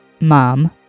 mom